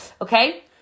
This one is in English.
okay